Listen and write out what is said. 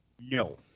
no